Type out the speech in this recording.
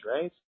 right